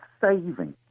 saving